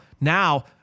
Now